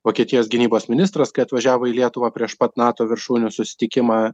vokietijos gynybos ministras kai atvažiavo į lietuvą prieš pat nato viršūnių susitikimą